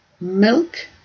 milk